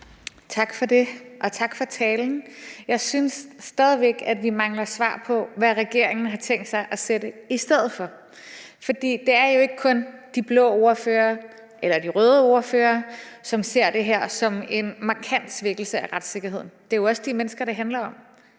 Tak for det, og tak for talen. Jeg synes stadig væk, at vi mangler svar på, hvad regeringen har tænkt sig at sætte i stedet for. For det er ikke kun de røde ordførere, som ser det her som en markant svækkelse af retssikkerheden. Det er jo også de mennesker, det handler om.